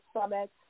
summit